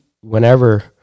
whenever